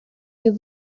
you